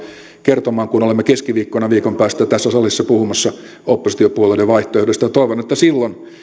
kertomaan kun olemme keskiviikkona viikon päästä tässä salissa puhumassa oppositiopuolueiden vaihtoehdoista toivon että silloin